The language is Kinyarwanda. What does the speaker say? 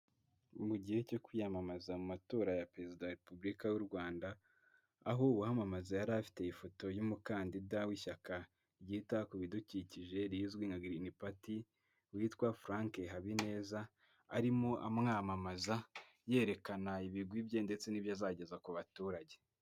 Ni mu gihe cyo kwiyamamaza mu matora ya Perezida wa Repubulika y'u Rwanda, aho uwamamaza yari afite ifoto y'umukandida w'ishyaka ryita ku bidukikije rizwi nka Green party witwa Frank Habineza, arimo amwamamaza yerekana ibigwi bye ndetse n'ibyo azageza ku baturage.